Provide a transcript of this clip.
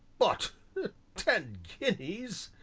but ten guineas!